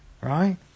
right